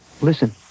Listen